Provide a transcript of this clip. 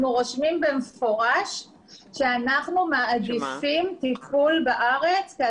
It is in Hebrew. רושמים במפורש שאנחנו מעדיפים טיפול בארץ.